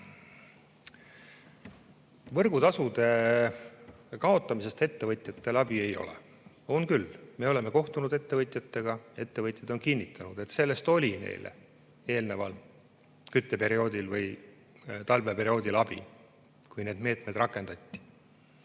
võrgutasude kaotamisest ettevõtjatele abi ei ole. On küll! Me oleme kohtunud ettevõtjatega ja ettevõtjad on kinnitanud, et sellest oli neile eelneval kütteperioodil või talveperioodil abi, kui need meetmed rakendati.